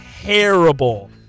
terrible